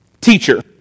Teacher